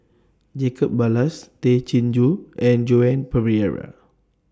Jacob Ballas Tay Chin Joo and Joan Pereira